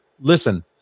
listen